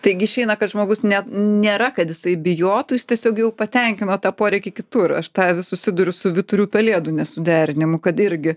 taigi išeina kad žmogus net nėra kad jisai bijotų jis tiesiog jau patenkino tą poreikį kitur aš tą vis susiduriu su vyturių pelėdų nesuderinimu kad irgi